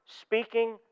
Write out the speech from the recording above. speaking